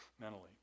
mentally